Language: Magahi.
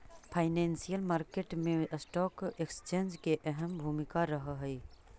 फाइनेंशियल मार्केट मैं स्टॉक एक्सचेंज के अहम भूमिका रहऽ हइ